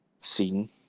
scene